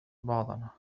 بعضنا